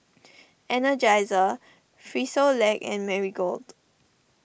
Energizer Frisolac and Marigold